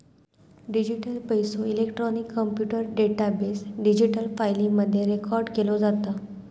digital पैसो, electronic computer database, digital फाईली मध्ये रेकॉर्ड केलो जाता